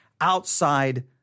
outside